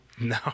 No